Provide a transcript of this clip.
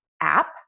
app